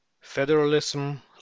Federalism